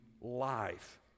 life